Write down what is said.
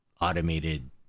automated